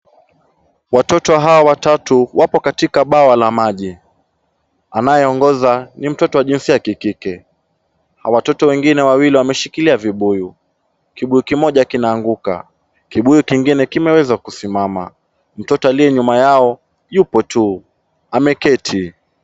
Watoto hawa watatu wapo katika bawa la maji. Anayeongoza, ni mtoto wa jinsia ya kikike na watoto wengine wawili wameshikilia vibuyu. Kibuyu kimoja kinaanguka. Kibuyu kingine kimeweza kusimama. Mtoto aliye nyuma yao yupo tu ameketi.